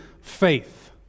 faith